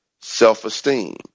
self-esteem